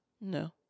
No